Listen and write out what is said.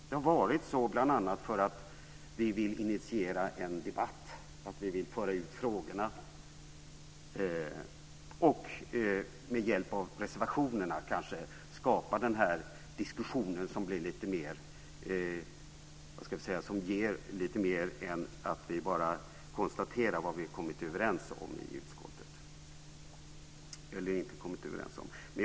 Det har varit så bl.a. för att vi vill initiera en debatt och föra ut frågorna och med hjälp av reservationerna skapa en diskussion som ger lite mer än om vi bara hade konstaterat vad vi har kommit överens om eller inte kommit överens om i utskottet.